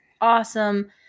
awesome